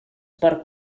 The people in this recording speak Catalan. per